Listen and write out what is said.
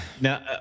now